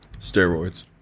Steroids